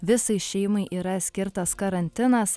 visai šeimai yra skirtas karantinas